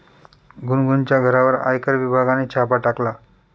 गुनगुनच्या घरावर आयकर विभागाने छापा टाकला